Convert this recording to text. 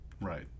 Right